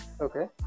Okay